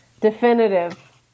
definitive